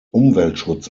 umweltschutz